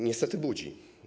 Niestety budzi.